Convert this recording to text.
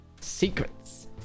secrets